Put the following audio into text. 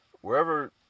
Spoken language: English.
Wherever